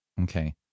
Okay